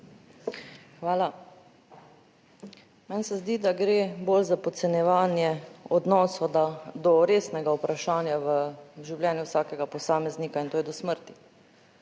Hvala. Meni se zdi, da gre bolj za podcenjevanje odnosov do resnega vprašanja v življenju vsakega posameznika in to je do smrti.